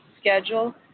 schedule